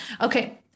Okay